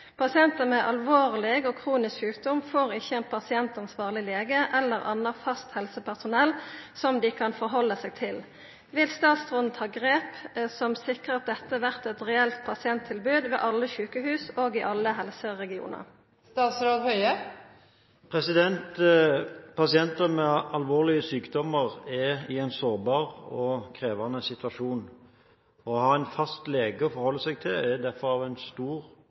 Pasientar med alvorleg og kronisk sjukdom får ikkje ein pasientansvarleg lege eller anna fast helsepersonell som dei kan forholda seg til. Vil statsråden ta grep som sikrar at dette vert eit reelt pasienttilbod ved alle sjukehus og i alle helseregionar?» Pasienter med alvorlige sykdommer er i en sårbar og krevende situasjon. Å ha en fast lege å forholde seg til er derfor av stor